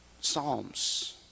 psalms